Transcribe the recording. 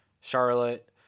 Charlotte